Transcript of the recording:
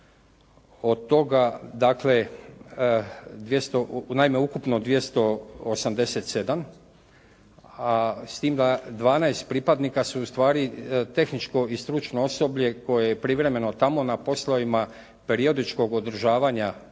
pripadnika, naime ukupno 287 a s tim da 12 pripadnika su ustvari tehničko i stručno osoblje koje je privremeno tamo na poslovima periodičkog održavanja tehnike